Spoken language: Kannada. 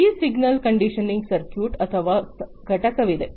ಈ ಸಿಗ್ನಲ್ ಕಂಡೀಷನಿಂಗ್ ಸರ್ಕ್ಯೂಟ್ ಅಥವಾ ಘಟಕವಿದೆ